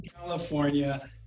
California